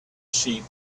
sheep